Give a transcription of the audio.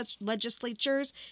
Legislatures